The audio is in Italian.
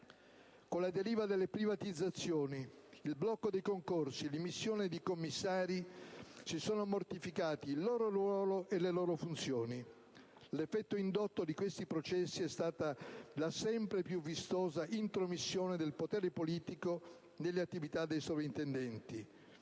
Con la deriva delle privatizzazioni, il blocco dei concorsi, l'immissione dei commissari, si sono mortificati il loro ruolo e le loro funzioni. L'effetto indotto di questi processi è stata la sempre più vistosa intromissione del potere politico nelle attività dei soprintendenti.